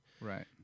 Right